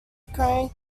occurring